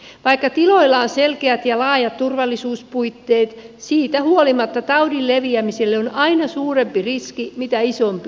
vaikka tiloilla on selkeät ja laajat turvallisuuspuitteet siitä huolimatta taudin leviämiselle on aina suurempi riski mitä isompi on tila